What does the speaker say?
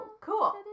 cool